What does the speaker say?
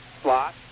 slot